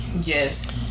Yes